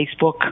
Facebook